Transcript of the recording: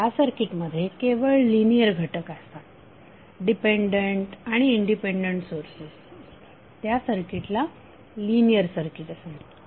ज्या सर्किट मध्ये केवळ लिनियर घटक असतात डिपेंडंट आणि इंडिपेंडंट सोर्सेस त्या सर्किटला लिनियर सर्किट असे म्हणतात